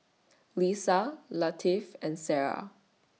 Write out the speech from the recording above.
Lisa Latif and Sarah